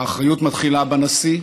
האחריות מתחילה בנשיא,